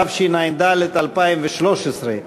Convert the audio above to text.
התשע"ד 2013,